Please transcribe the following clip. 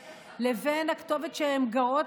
או יותר נכון שומרים על רישום נכון של אותם גורמים